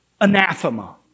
Anathema